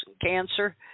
cancer